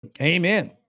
Amen